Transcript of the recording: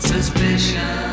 Suspicion